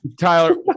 Tyler